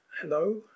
Hello